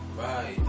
right